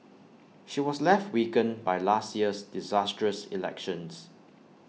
she was left weakened by last year's disastrous election